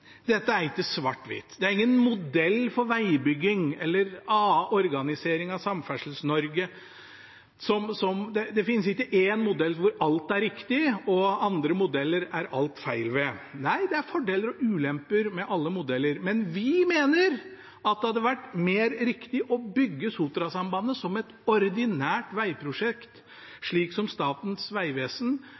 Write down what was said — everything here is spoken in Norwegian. dette er ikke svart-hvitt. Dette er ingen perfekt modell for vegbygging eller annen organisering av Samferdsels-Norge. Det finnes ikke én modell hvor alt er riktig, og andre modeller hvor alt er feil. Nei, det er fordeler og ulemper ved alle modeller. Men vi mener at det hadde vært mer riktig å bygge Sotrasambandet som et ordinært vegprosjekt, slik som Statens vegvesen